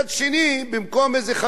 במקום איזה חמישה בתים,